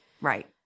right